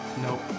Nope